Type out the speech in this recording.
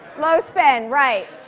low spin, right.